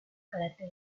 carácter